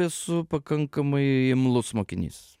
esu pakankamai imlus mokinys